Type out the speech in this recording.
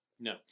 No